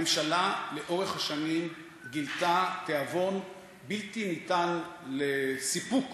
לאורך השנים הממשלה גילתה תיאבון בלתי ניתן לסיפוק,